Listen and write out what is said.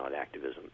activism